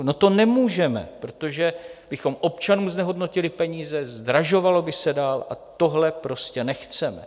No, to nemůžeme, protože bychom občanům znehodnotili peníze, zdražovalo by se dál, a tohle prostě nechceme.